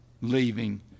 leaving